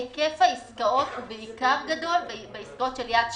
היקף העסקאות הוא גדול בעיקר בעסקאות של יד שנייה.